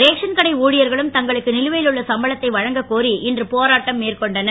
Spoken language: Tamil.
ரேஷன் கடை ஊழியர்களும் தங்களுக்கு நிலுவையில் உள்ள சம்பளத்தை வழங்கக்கோரி இன்று போராட்டம் மேற்கொண்டனர்